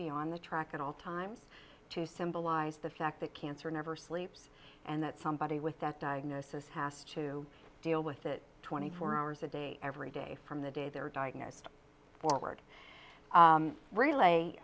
be on the track at all times to symbolize the fact that cancer never sleeps and that somebody with that diagnosis has to deal with it twenty four hours a day every day from the day they're diagnosed forward